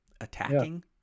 Attacking